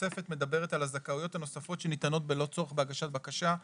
התוספת מדברת על הזכאויות הנוספות שניתנות בלא צורך בהגשת בקשה.